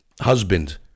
husband